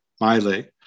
Miley